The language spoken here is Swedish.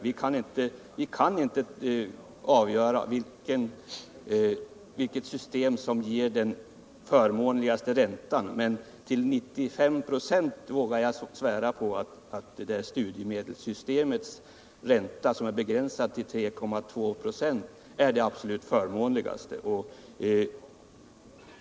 Vi kan inte helt avgöra vilket system som ger den förmånligaste räntan, men till 95 96 vågar jag svära på att studiemedelssystemets ränta, som är begränsad till 3,2 96, är den absolut förmånligaste.